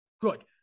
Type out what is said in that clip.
Good